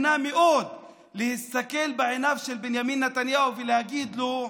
אני נהנה מאוד להסתכל עכשיו בעיניו של בנימין נתניהו ולהגיד לו: